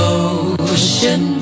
ocean